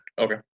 Okay